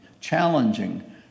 challenging